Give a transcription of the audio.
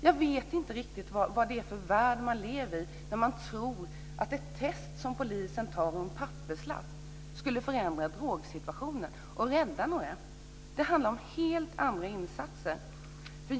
Jag vet inte riktigt vad det är för värld man lever i när man tror att ett test som polisen tar och en papperslapp skulle förändra drogsituationen och rädda några. Det handlar om helt andra insatser.